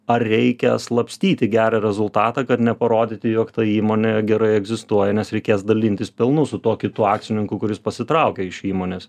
ar reikia slapstyti gerą rezultatą kad neparodyti jog ta įmonė gerai egzistuoja nes reikės dalintis pelnu su tuo kitu akcininku kuris pasitraukia iš įmonės